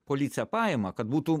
policija paima kad būtų